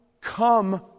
come